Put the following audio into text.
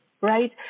right